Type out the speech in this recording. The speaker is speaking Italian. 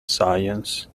science